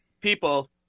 people